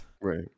Right